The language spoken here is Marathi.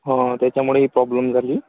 हां त्याच्यामुळे ही प्रॉब्लेम झाली